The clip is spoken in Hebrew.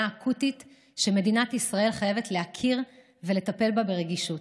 אקוטית שמדינת ישראל חייבת להכיר ולטפל בה ברגישות.